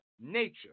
nature